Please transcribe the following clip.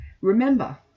remember